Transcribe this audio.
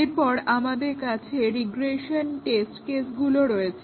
এরপর আমাদের কাছে রিগ্রেশন টেস্ট কেসগুলো রয়েছে